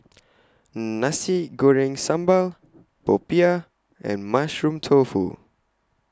Nasi Goreng Sambal Popiah and Mushroom Tofu